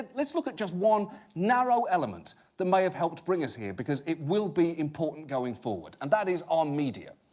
let's look at one narrow element that may have helped bring us here, because it will be important going forward and that is our media.